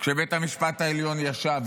כשבית המשפט העליון ישב,